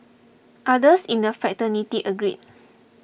others in the fraternity agreed